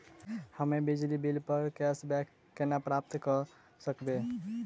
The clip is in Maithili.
हम्मे बिजली बिल प कैशबैक केना प्राप्त करऽ सकबै?